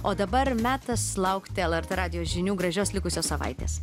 o dabar metas laukti lrt radijo žinių gražios likusios savaitės